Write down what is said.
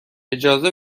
اجازه